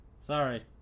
Sorry